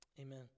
Amen